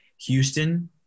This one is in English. Houston